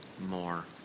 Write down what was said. more